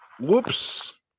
Whoops